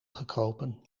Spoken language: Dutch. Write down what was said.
gekropen